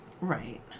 Right